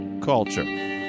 Culture